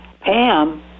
Pam